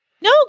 No